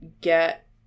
get